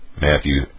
Matthew